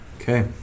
Okay